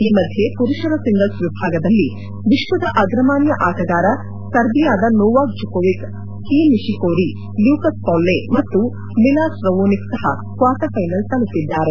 ಈ ಮಧ್ಯೆ ಪುರುಷರ ಸಿಂಗಲ್ಸ್ ವಿಭಾಗದಲ್ಲಿ ವಿಶ್ವದ ಅಗ್ರಮಾನ್ಯ ಆಟಗಾರ ಸರ್ಬಿಯಾದ Novak Djokovic Kei Nishikori Lucas Pouille ಮತ್ತು ಮಿಲಾಸ್ ರವೊನಿಕ್ ಸಹ ಕ್ವಾರ್ಟರ್ ಫೈನಲ್ ತಲುಪಿದ್ದಾರೆ